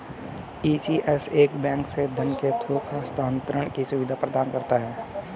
ECS एक bank से धन के थोक हस्तांतरण की सुविधा प्रदान करता है